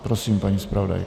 Prosím, paní zpravodajko.